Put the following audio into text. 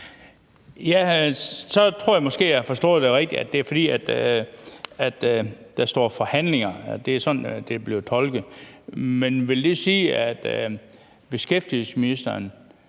nemlig at det er, fordi der står forhandlinger. Det er sådan, det er blevet tolket. Men vil det sige, at beskæftigelsesministeren